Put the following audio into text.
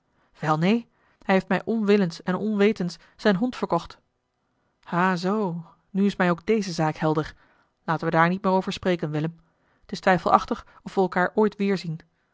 wel neen hij heeft mij onwillens en onwetens zijn hond verkocht ha zoo nu is mij ook deze zaak helder laten we daar niet meer over spreken willem t is twijfelachtig of we elkaar ooit weer